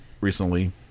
recently